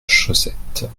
chaussettes